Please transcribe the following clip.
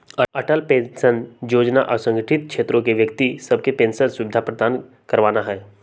Atal pension जोजना असंगठित क्षेत्र के व्यक्ति सभके पेंशन सुविधा प्रदान करनाइ हइ